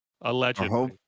Allegedly